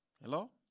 Hello